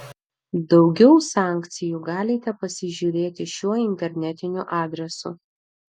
daugiau sankcijų galite pasižiūrėti šiuo internetiniu adresu